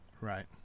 Right